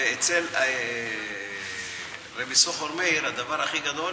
אצל רב יששכר מאיר הדבר הכי גדול,